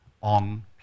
on